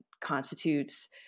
constitutes